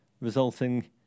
resulting